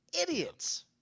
idiots